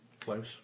Close